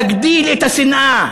להגדיל את השנאה